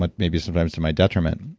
but maybe sometimes to my detriment.